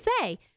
say